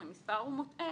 אם המספר הוא מוטעה,